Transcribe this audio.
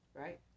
Right